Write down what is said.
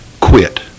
quit